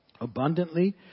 abundantly